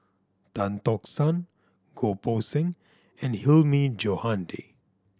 Tan Tock San Goh Poh Seng and Hilmi Johandi